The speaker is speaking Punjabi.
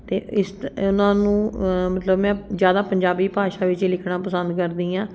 ਅਤੇ ਇਸ ਤ ਉਹਨਾਂ ਨੂੰ ਮਤਲਬ ਮੈਂ ਜ਼ਿਆਦਾ ਪੰਜਾਬੀ ਭਾਸ਼ਾ ਵਿੱਚ ਲਿਖਣਾ ਪਸੰਦ ਕਰਦੀ ਹਾਂ